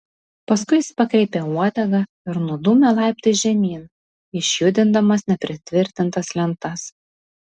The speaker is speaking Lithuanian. paskui jis pakreipė uodegą ir nudūmė laiptais žemyn išjudindamas nepritvirtintas lentas